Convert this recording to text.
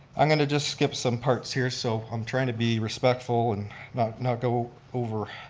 i'm going to just skip some parts here, so i'm trying to be respectful and not go over.